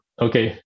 okay